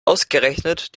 ausgerechnet